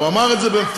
הוא אמר את זה במפורש.